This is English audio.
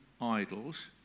idols